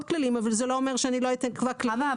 כללים אבל זה לא אומר שאני לא הייתי קובעת כללים.